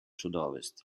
sudovest